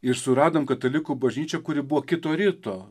ir suradom katalikų bažnyčią kuri buvo kito ryto